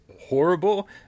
horrible